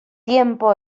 tiempo